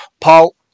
Paul